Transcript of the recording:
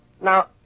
Now